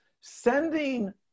sending